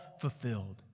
fulfilled